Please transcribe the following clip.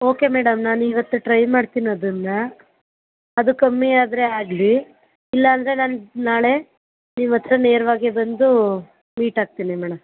okay madam ನಾನು ಇವತ್ತು try ಮಾಡ್ತೀನಿ ಅದನ್ನು ಅದು ಕಮ್ಮಿ ಆದರೆ ಆಗಲಿ ಇಲ್ಲ ಅಂದರೆ ನಾನು ನಾಳೆ ನಿಮ್ಮ ಹತ್ತಿರ ನೇರವಾಗೆ ಬಂದೂ ಮೀಟ್ ಆಗ್ತೀನಿ ಮೇಡಮ್